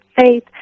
faith